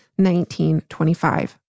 1925